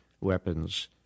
weapons